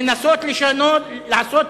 לנסות לעשות,